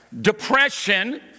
depression